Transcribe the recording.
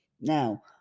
Now